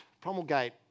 Promulgate